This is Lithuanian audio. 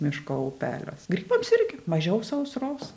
miško upeliuos grybams irgi mažiau sausros